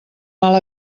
mal